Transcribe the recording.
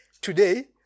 today